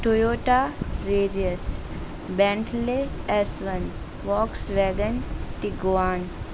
Toyota ریجیس Bentley S one Volkswagen Tiguan